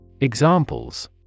Examples